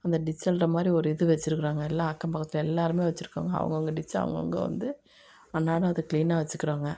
அந்த டிச் அள்ளுற மாதிரி ஒரு இது வைச்சிருக்குறாங்க எல்லா அக்கம் பக்கத்தில் எல்லோருமே வெச்சுருக்கோங்க அவங்கவுங்க டிச்சை அவுங்கவுங்க வந்து அன்றாடம் அதை க்ளீனாக வெச்சுக்குறோங்க